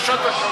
פרשת השבוע.